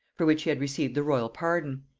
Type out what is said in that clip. for which he had received the royal pardon.